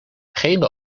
gele